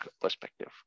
perspective